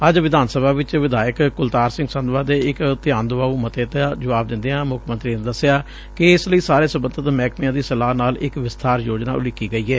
ਅੱਜ ਵਿਧਾਨ ਸਭਾ ਚ ਵਿਧਾਇਕ ਕੁਲਤਾਰ ਸਿੰਘ ਸੰਧਵਾਂ ਦੇ ਇਕ ਧਿਆਨ ਦਵਾਉ ਮੱਤੇ ਦਾ ਜੁਆਬ ਦਿੰਦਿਆਂ ਮੁੱਖ ਮੰਤਰੀ ਨੇ ਦਸਿਆ ਕਿ ਇਸ ਲਈ ਸਾਰੇ ਸਬੰਧਤ ਮਹਿਕਮਿਆਂ ਦੀ ਸਲਾਹ ਨਾਲ ਇਕ ਵਿਸਬਾਰ ਯੋਜਨਾ ਉਲੀਕੀ ਗਈ ਏ